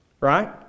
Right